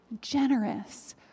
generous